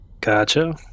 Gotcha